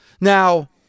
Now